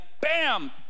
bam